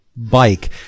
bike